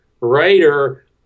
writer